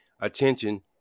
Attention